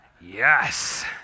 Yes